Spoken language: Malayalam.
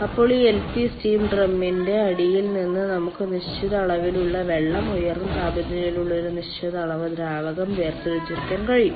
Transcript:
അപ്പോൾ ഈ എൽപി സ്റ്റീം ഡ്രമ്മിന്റെ അടിയിൽ നിന്ന് നമുക്ക് നിശ്ചിത അളവിലുള്ള വെള്ളം ഉയർന്ന താപനിലയിലുള്ള ഒരു നിശ്ചിത അളവ് ദ്രാവകം വേർതിരിച്ചെടുക്കാൻ കഴിയും